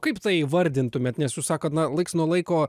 kaip tai įvardintumėt nes jūs sakot na laiks nuo laiko